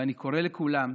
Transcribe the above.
ואני קורא לכולם,